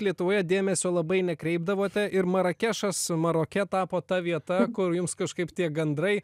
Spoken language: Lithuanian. lietuvoje dėmesio labai nekreipdavote ir marakešas maroke tapo ta vieta kur jums kažkaip tie gandrai